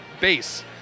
base